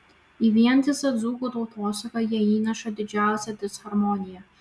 į vientisą dzūkų tautosaką jie įneša didžiausią disharmoniją